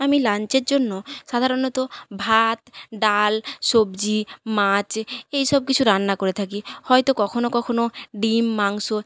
আমি লাঞ্চের জন্য সাধারণত ভাত ডাল সব্জি মাছ এই সব কিছু রান্না করে থাকি হয়তো কখনও কখনও ডিম মাংস